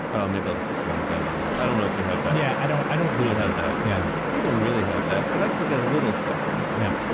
oh, maybe i'll just put one bet on this, i don't know if you have that. yeah, i don't i don't really. you don't have that. yeah. i don't really have that, but i can get a little sucked in. yeah.